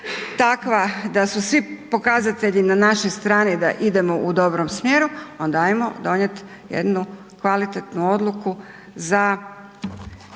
takva da su svi pokazatelji na našoj strani da idemo u dobrom smjeru, onda ajmo donijeti jednu kvalitetnu odluku za